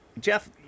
jeff